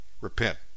Repent